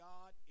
God